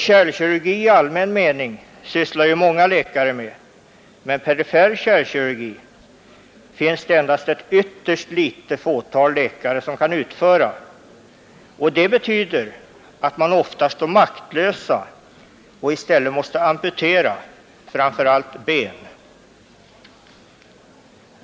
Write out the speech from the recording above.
Kärlkirurgi i allmän mening sysslar många läkare med. Men perifera kärlkirurgiska operationer kan endast ett ytterst litet fåtal läkare utföra. Det betyder att man ofta står maktlös och i stället måste amputera framför allt ben.